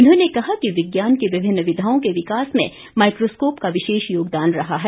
उन्होंने कहा कि विज्ञान की विभिन्न विधाओं के विकास में माईकोस्कोप का विशेष योगदान रहा है